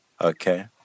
Okay